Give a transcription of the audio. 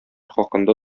хакында